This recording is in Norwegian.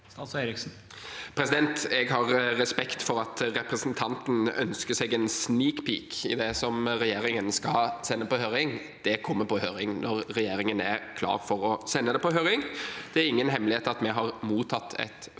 Jeg har respekt for at representanten ønsker seg en «sneak peek» i det regjeringen skal sende på høring. Det kom mer på høring når regjeringen er klar for å sende det på høring. Det er ingen hemmelighet at vi har mottatt et faggrunnlag